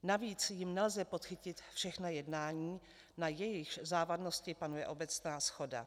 Navíc jím nelze podchytit všechna jednání, na jejichž závadnosti panuje obecná shoda.